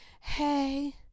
hey